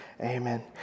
Amen